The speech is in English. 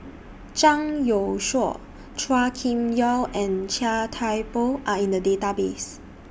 Zhang Youshuo Chua Kim Yeow and Chia Thye Poh Are in The Database